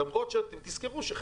למרות שתזכרו,